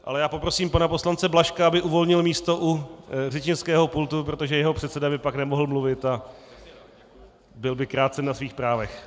Ale poprosím pana poslance Blažka, aby uvolnil místo u řečnického pultu, protože jeho předseda by pak nemohl mluvit a byl by krácen na svých právech.